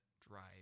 drive